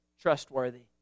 trustworthy